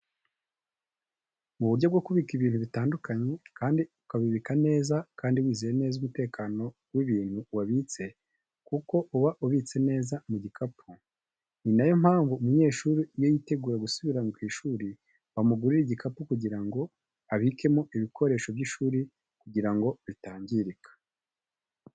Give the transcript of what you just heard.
Mu buryo bwo kubika ibintu bitandukanye kandi ukabibika neza kandi wizeye neza umutekano w'ibintu wabitse kuko uba ubitse neza mu gikapu. Ni na yo mpamvu umunyeshuri iyo yitegura gusubira ku ishuri bamugurira igikapu kugira ngo abikemo ibikoresho by'ishuri kugira ngo bitangirika.